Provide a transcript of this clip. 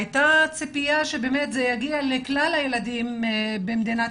הייתה ציפייה שזה יגיע לכלל הילדים במדינת